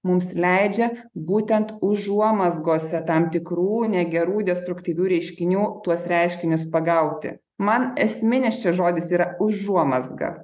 mums leidžia būtent užuomazgose tam tikrų negerų destruktyvių reiškinių tuos reiškinius pagauti man esminis čia žodis yra užuomazga